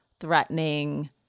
Threatening